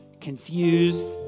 confused